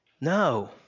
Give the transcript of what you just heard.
No